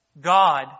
God